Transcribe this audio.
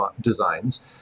designs